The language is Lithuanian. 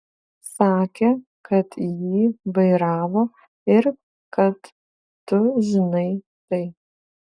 sakė kad jį vairavo ir kad tu žinai tai